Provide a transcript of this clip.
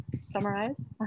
summarize